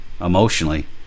emotionally